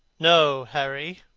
no, harry,